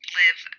live